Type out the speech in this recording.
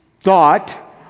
thought